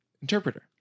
Interpreter